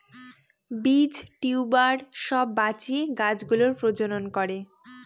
বীজ, টিউবার সব বাঁচিয়ে গাছ গুলোর প্রজনন করে